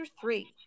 three